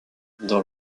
dans